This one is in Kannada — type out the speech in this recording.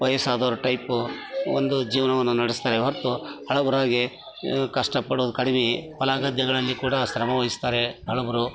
ವಯಸ್ಸಾದವ್ರು ಟೈಪು ಒಂದು ಜೀವನವನ್ನ ನಡೆಸ್ತಾರೆ ಹೊರತು ಹಳಬರಾಗಿ ಕಷ್ಟ ಪಡೋದ್ ಕಡಿಮೆ ಹೊಲ ಗದ್ದೆಗಳಲ್ಲಿ ಕೂಡ ಶ್ರಮವಹಿಸ್ತಾರೆ ಹಳಬರು